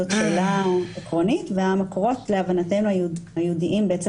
זו שאלה עקרונית והמקורות להבנתנו היהודיים בעצם